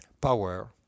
power